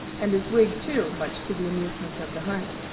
and his wig too, much to the amusement of the hunt.